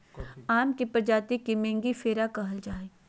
आम के प्रजाति के मेंगीफेरा कहल जाय हइ